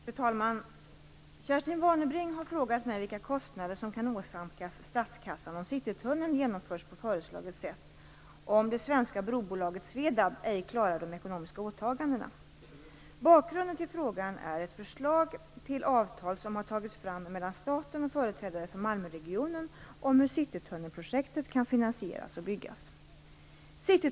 Fru talman! Kerstin Warnerbring har frågat mig vilka kostnader som kan åsamkas statskassan om Bakgrunden till frågan är ett förslag till avtal som har tagits fram mellan staten och företrädare för Malmöregionen om hur citytunnelprojektet kan finansieras och byggas.